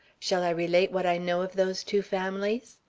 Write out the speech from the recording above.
shall i relate what i know of those two families?